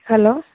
hello